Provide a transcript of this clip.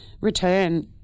return